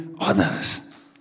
others